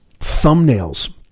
thumbnails